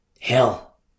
Hell